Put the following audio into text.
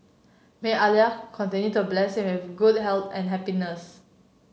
may Allah continue to bless him with good health and happiness